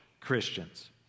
Christians